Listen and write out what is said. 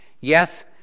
Yes